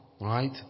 right